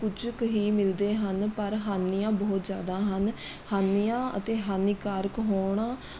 ਕੁਝ ਕੁ ਹੀ ਮਿਲਦੇ ਹਨ ਪਰ ਹਾਨੀਆਂ ਬਹੁਤ ਜ਼ਿਆਦਾ ਹਨ ਹਾਨੀਆਂ ਅਤੇ ਹਾਨੀਕਾਰਕ ਹੋਣਾ